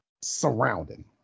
surrounding